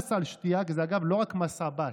מס על שתייה, כי זה, אגב, לא רק "מס עבאס",